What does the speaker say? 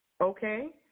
Okay